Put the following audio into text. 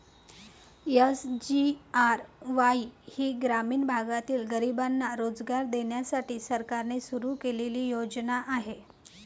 SGRY ही ग्रामीण भागातील गरिबांना रोजगार देण्यासाठी सरकारने सुरू केलेली योजना आहे